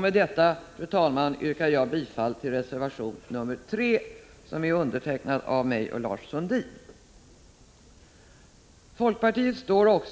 Med detta, fru talman, yrkar jag bifall till reservation 3 som är avgiven av mig och Lars Sundin. Folkpartiet står